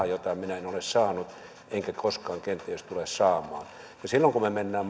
raha jota minä en ole saanut enkä koskaan kenties tule saamaan silloin kun me menemme